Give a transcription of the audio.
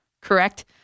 correct